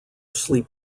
sleep